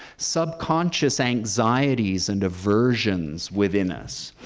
subconscious anxieties and aversions within us,